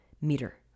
meter